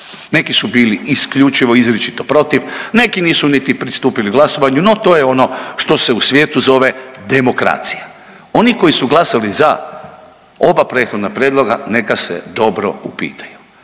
Neki su bili isključivo, izričito protiv, neki nisu niti pristupili glasovanju, no to je ono što se u svijetu zove demokracija. Oni koji su glasali za oba prethodna prijedloga neka se dobro upitaju